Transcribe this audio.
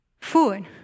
Food